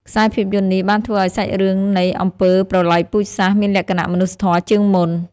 ខ្សែភាពយន្តនេះបានធ្វើឲ្យសាច់រឿងនៃអំពើប្រល័យពូជសាសន៍ មានលក្ខណៈមនុស្សធម៌ជាងមុន។